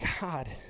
God